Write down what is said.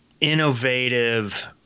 innovative